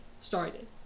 started